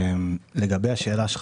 לגבי השאלה שלך,